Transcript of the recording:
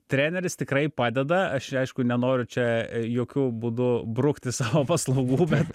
treneris tikrai padeda aš aišku nenoriu čia jokiu būdu brukti savo paslaugų bet